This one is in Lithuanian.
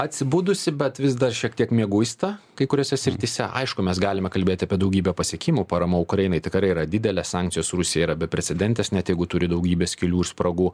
atsibudusi bet vis dar šiek tiek mieguista kai kuriose srityse aišku mes galime kalbėti apie daugybę pasiekimų parama ukrainai tikrai yra didelė sankcijos rusijai yra beprecedentės net jeigu turi daugybę skylių ir spragų